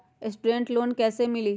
Student loan कैसे मिली?